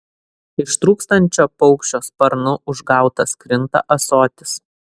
ištrūkstančio paukščio sparnu užgautas krinta ąsotis